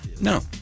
No